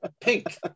pink